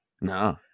No